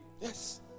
Yes